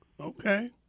Okay